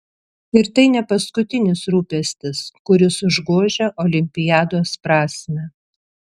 ir tai ne paskutinis rūpestis kuris užgožia olimpiados prasmę